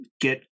get